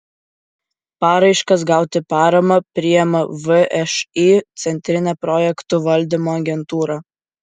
paraiškas gauti paramą priima všį centrinė projektų valdymo agentūra